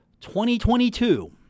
2022